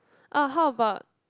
uh how about